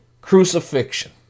crucifixion